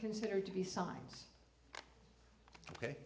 considered to be signs ok